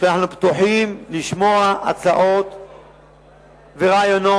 שאנחנו פתוחים לשמוע הצעות ורעיונות.